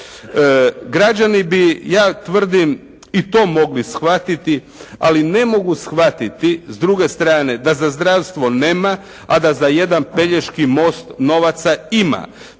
Građani bi, ja tvrdim i to mogli shvatiti, ali ne mogu shvatiti s druge strane da za zdravstvo nema, a da za jedan Pelješki most novaca ima.